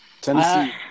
Tennessee